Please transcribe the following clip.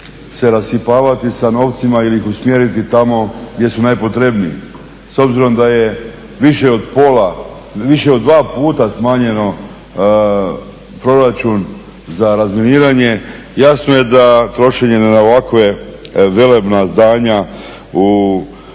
se rasipavati sa novcima ili ih usmjeriti tamo gdje su najpotrebniji. S obzirom da je više od pola, više od dva puta smanjen proračun za razminiranje, jasno je da trošenje na ovakva velebna zdanja u